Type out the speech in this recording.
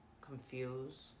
Confused